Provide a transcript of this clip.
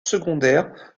secondaires